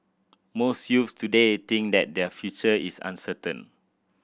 most youths today think that their future is uncertain